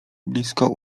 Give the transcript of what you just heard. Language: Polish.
blisko